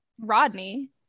Rodney